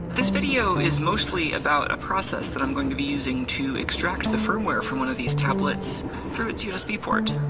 this video is mostly about a process that i'm going to be using to extract the firmware from one of these tablets through its usb port.